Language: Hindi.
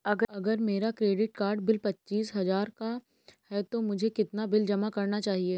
अगर मेरा क्रेडिट कार्ड बिल पच्चीस हजार का है तो मुझे कितना बिल जमा करना चाहिए?